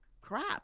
crap